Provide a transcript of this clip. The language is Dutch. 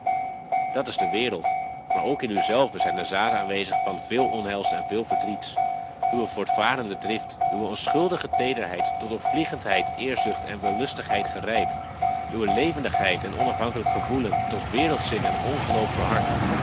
dat is de wereld maar ook in uzelven zijn de zaden aanwezig van veel onheils en veel verdriets uwe voortvarende drift uwe onschuldige teederheid tot opvliegendheid eerzucht en wellustigheid gerijpt uwe levendigheid en onafhankelijk gevoelen tot wereldzin en ongeloof